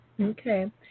Okay